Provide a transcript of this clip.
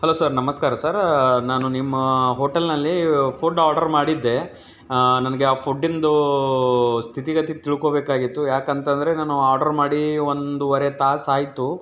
hello sir ನಮಸ್ಕಾರ sir ನಾನು ನಿಮ್ಮ ಹೋಟಲ್ನಲ್ಲಿ ಫುಡ್ ಆರ್ಡ್ರ್ ಮಾಡಿದ್ದೆ ನನಗೆ ಆ ಫುಡ್ಡಿಂದು ಸ್ಥಿತಿ ಗತಿ ತಿಳ್ಕೊಬೇಕಾಗಿತ್ತು ಏಕೆಂತಂದರೆ ನಾನು ಆರ್ಡ್ರ್ ಮಾಡಿ ಒಂದು ವರೆ ತಾಸಾಯಿತು